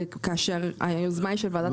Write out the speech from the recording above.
זה כאשר היוזמה היא של ועדת הכלכלה.